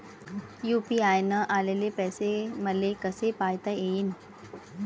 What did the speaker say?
UPI न आलेले पैसे मले कसे पायता येईन?